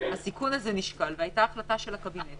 הסיכון הזה נשקל והייתה החלטה של הקבינט